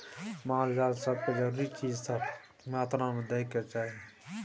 माल जाल सब के जरूरी चीज सब सही मात्रा में दइ के चाही